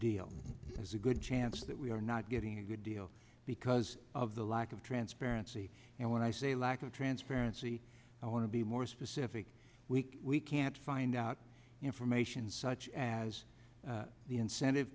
deal is a good chance that we are not getting a good deal because of the lack of transparency and when i say lack of transparency i want to be more specific we we can't find out information such as the incentive